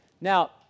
Now